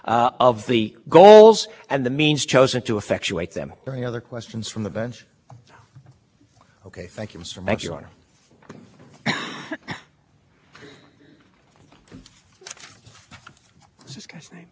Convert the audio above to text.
what mr chief judge and may it please the court government contractors pose an acute danger of corruption and partisan disruption of efficient government functioning could you start with the standard